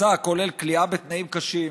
מסע הכולל כליאה בתנאים קשים,